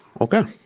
Okay